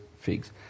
figs